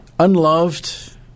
Unloved